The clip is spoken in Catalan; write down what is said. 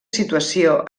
situació